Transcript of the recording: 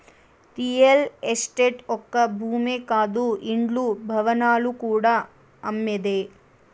real estate ఒక్క భూమే కాదు ఇండ్లు, భవనాలు కూడా అమ్మేదే